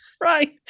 Right